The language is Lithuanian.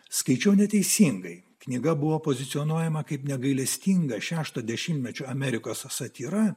skaičiau neteisingai knyga buvo pozicionuojama kaip negailestinga šešto dešimtmečio amerikos satyra